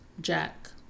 Jack